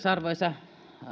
arvoisa